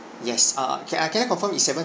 yes uh can I can I confirm is seven